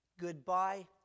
Goodbye